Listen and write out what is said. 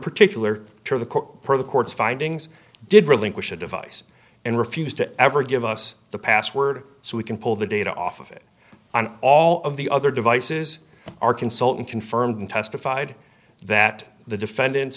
per the court's findings did relinquish a device and refused to ever give us the password so we can pull the data off of it and all of the other devices are consultant confirmed testified that the defendant